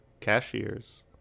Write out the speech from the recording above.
cashiers